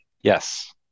Yes